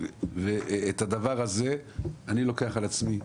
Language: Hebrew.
את הדבר הזה אני לוקח על עצמי.